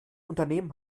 unternehmen